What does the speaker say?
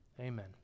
Amen